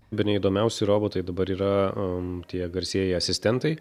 bene įdomiausi robotai dabar yra tie garsieji asistentai